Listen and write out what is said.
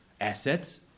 assets